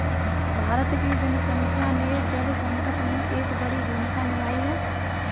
भारत की जनसंख्या ने जल संकट में एक बड़ी भूमिका निभाई है